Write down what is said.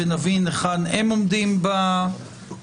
ונבין היכן הם עומדים בנושא.